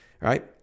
right